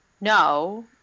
no